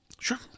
Sure